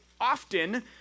often